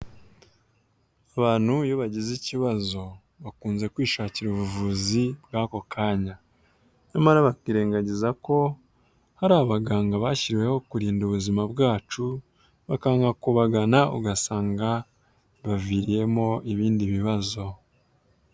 Abantu iyo bagize ikibazo kabunze kwishakira ubuvuzi bw'ako kanya, nyamara bakirengagiza ko hari abaganga bashyiriweho kurinda ubuzima bwacu bakanga kubagana ugasanga bibaviriyeno ibindi bibazo.